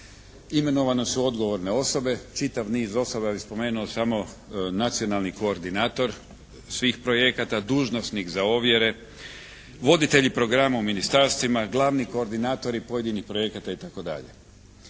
Imenovane su odgovorne osobe, čitav niz osoba. Ja bih spomenuo samo nacionalni koordinator svih projekata, dužnosnik za ovjere, voditelji programa u ministarstvima, glavni koordinatori pojedinih projekata itd.